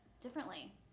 differently